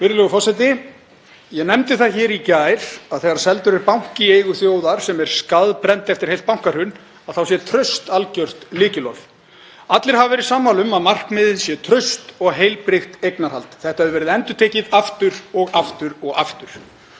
Virðulegur forseti. Ég nefndi það hér í gær að þegar seldur er banki í eigu þjóðar sem er skaðbrennd eftir heilt bankahrun þá sé traust algjört lykilorð. Allir hafa verið sammála um að markmiðið sé traust og heilbrigt eignarhald. Þetta hefur verið endurtekið aftur og aftur og aftur.